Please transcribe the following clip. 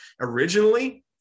originally